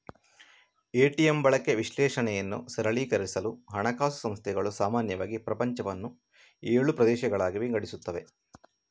ATM ಬಳಕೆ ವಿಶ್ಲೇಷಣೆಯನ್ನು ಸರಳೀಕರಿಸಲು ಹಣಕಾಸು ಸಂಸ್ಥೆಗಳು ಸಾಮಾನ್ಯವಾಗಿ ಪ್ರಪಂಚವನ್ನು ಏಳು ಪ್ರದೇಶಗಳಾಗಿ ವಿಂಗಡಿಸುತ್ತವೆ